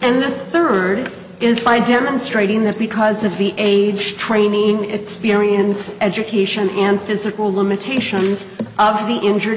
and the third is by demonstrating that because of the age training experience education and physical limitations of the injured